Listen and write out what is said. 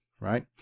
right